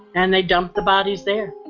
and they dumped the bodies there.